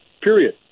period